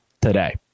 today